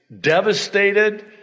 devastated